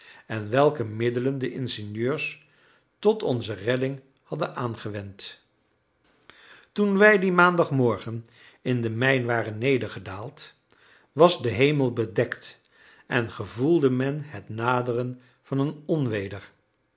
en welke middelen de ingenieurs tot onze redding hadden aangewend toen wij dien maandagmorgen in de mijn waren nedergedaald was de hemel bedekt en gevoelde men het naderen van een